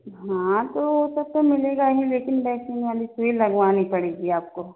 हाँ तो वो सब तो मिलेगा ही लेकिन वैक्सीन वाली सुई लगवानी पड़ेगी आपको